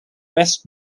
west